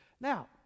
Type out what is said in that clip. Now